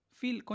feel